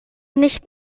nicht